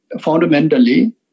fundamentally